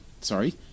sorry